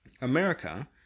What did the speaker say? America